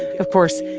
of course,